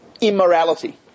immorality